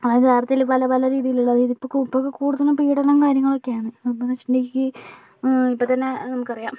അതായത് വാർത്തയില് പല പല രീതിയില് ഉള്ളത് ഇതിപ്പോൾ കൂടുതലും പീഡനവും കാര്യങ്ങളൊക്കെ ആണ് അപ്പോൾ എന്ന് വെച്ചിട്ടുണ്ടെങ്കിൽ ഇപ്പം തന്നെ നമുക്കറിയാം